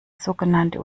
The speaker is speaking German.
sogenannte